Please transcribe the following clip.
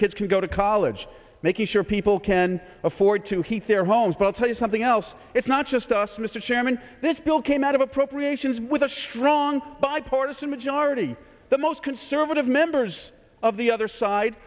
kids can go to college making sure people can afford to heat their homes but tell you something else it's not just us mr chairman this bill came out of appropriations with a strong bipartisan majority the most conservative members of the other side